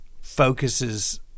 focuses